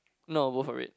no both of it